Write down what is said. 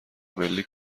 ملی